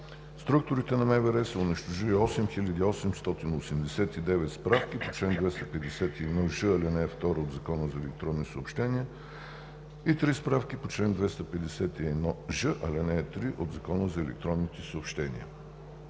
Структурите на МВР са унищожили 8989 справки по чл. 251ж, ал. 2 от Закона за електронните съобщения и 3 справки по чл. 251ж, ал. 3 от Закона за електронните съобщения.